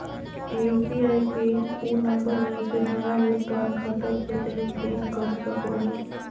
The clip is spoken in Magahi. यू.पी.आई पिन उ नंबर हइ जे नया भुगतान खाता से लेन देन कर सको हइ